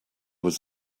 was